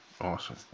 Awesome